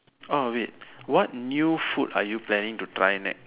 wait what new food are you planning to try next